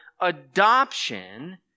adoption